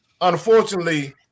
Unfortunately